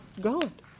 God